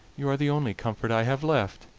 you are the only comfort i have left.